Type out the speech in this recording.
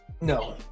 No